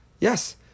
Yes